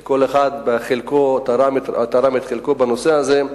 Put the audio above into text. כי כל אחד תרם את חלקו בנושא הזה.